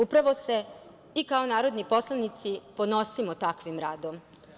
Upravo se i kao narodni poslanici ponosimo takvim radom.